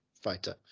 fighter